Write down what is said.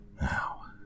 Now